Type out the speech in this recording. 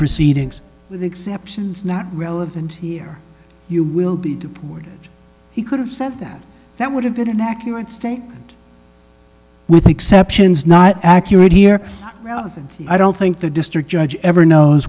proceedings the exceptions not relevant here you will be heard he could have said that that would have been an accurate statement with exceptions not accurate here i don't think the district judge ever knows